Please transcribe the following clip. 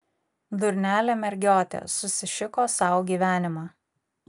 durnelė mergiotė susišiko sau gyvenimą